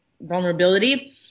vulnerability